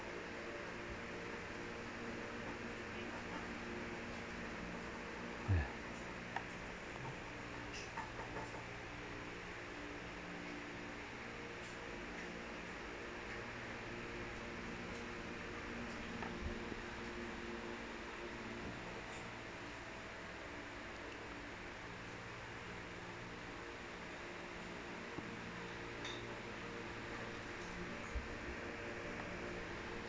yeah